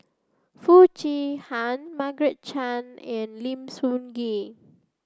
Foo Chee Han Margaret Chan and Lim Sun Gee